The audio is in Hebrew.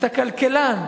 אתה כלכלן,